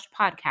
podcast